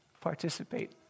participate